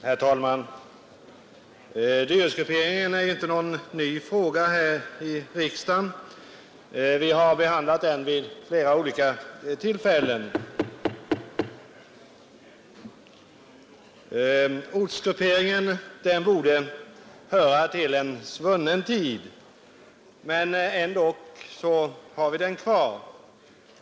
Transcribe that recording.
Herr talman! Dyrortsgrupperingsfrågan är inte någon ny fråga här i riksdagen. Vi har behandlat den vid flera olika tillfällen. Ortsgrupperingen borde höra till en svunnen tid, men vi har den ändock kvar.